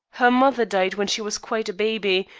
her mother died when she was quite a baby,